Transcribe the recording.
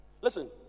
Listen